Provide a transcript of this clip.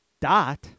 dot